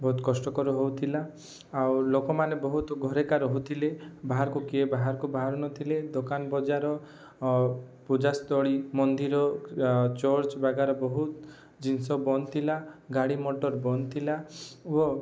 ବହୁତ କଷ୍ଟକର ହଉଥିଲା ଆଉ ଲୋକମାନେ ବହୁତ ଘରେ ଏକା ରହୁଥିଲେ ବାହାରକୁ କିଏ ବାହାରକୁ ବାହାରୁ ନଥିଲେ ଦୋକାନ ବଜାର ପୂଜାସ୍ଥଳୀ ମନ୍ଦିର ଚର୍ଚ୍ଚ ବାଗେରା ବହୁତ ଜିନଷ ବନ୍ଦ ଥିଲା ଗାଡ଼ିମଟର ବନ୍ଦ ଥିଲା ଓ